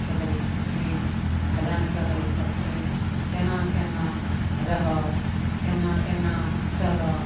खेलै छथिन भजन कहै छथिन केना केना रहह केना केना चलह